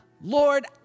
Lord